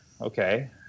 Okay